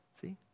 See